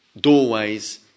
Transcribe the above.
doorways